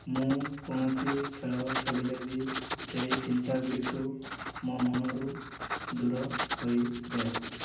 ମୁଁ କୌଣସି ଖେଳ ଖେଳିଲେ ବି ସେଇ ଚିନ୍ତା ଗୁଡ଼ିକୁ ମୋ' ମନରୁ ଦୂର ହୋଇଯାଏ